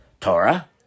Torah